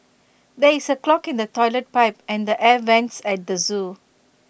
there is A clog in the Toilet Pipe and the air Vents at the Zoo